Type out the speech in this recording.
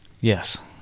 Yes